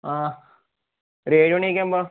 ആ ഒരു ഏഴ് മണിയൊക്കെയാവുമ്പം